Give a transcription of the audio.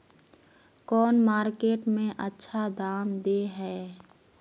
कौन मार्केट में अच्छा दाम दे है?